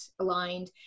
aligned